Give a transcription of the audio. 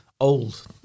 old